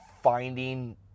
finding